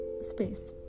space